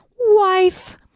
wife